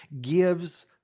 gives